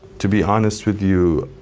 to be honest with you,